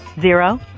zero